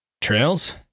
trails